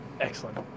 Excellent